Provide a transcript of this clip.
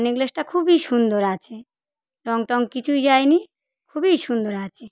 নেকলেসটা খুবই সুন্দর আছে রঙ টঙ কিচুই যায় নি খুবই সুন্দর আছে